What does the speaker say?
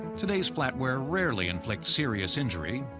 today's flatware rarely inflicts serious injury,